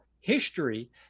history